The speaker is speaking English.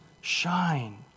shine